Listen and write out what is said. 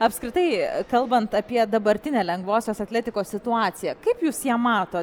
apskritai kalbant apie dabartinę lengvosios atletikos situaciją kaip jūs ją matot